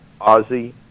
Ozzy